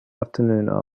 afternoon